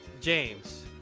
James